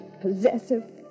possessive